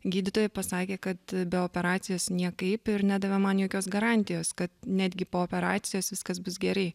gydytojai pasakė kad be operacijos niekaip ir nedavė man jokios garantijos kad netgi po operacijos viskas bus gerai